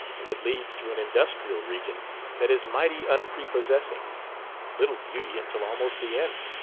and it leads through an industrial region that is mighty unprepossessing little beauty until almost the end.